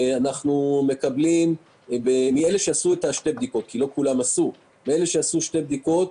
מאלה שעשו שתי בדיקות,